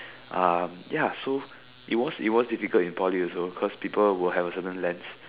um ya so it was it was difficult in Poly also cause people would have a certain lens